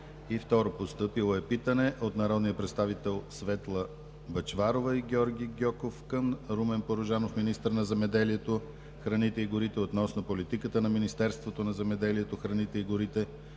на 21 юли 2017 г.; - от народния представител Светла Бъчварова и Георги Гьоков към Румен Порожанов – министър на земеделието, храните и горите, относно политиката на Министерството на земеделието, храните и горите